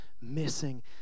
missing